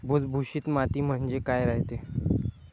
भुसभुशीत माती म्हणजे काय रायते?